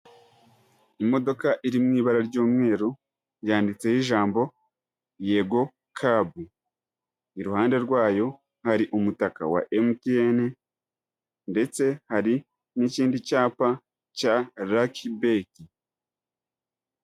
Imodoka iri mu ibara ry'umweru yanditseho ijambo Yego kabu, iruhande rwayo hari umutaka wa MTN ndetse hari n'ikindi cyapa cya Laki beti.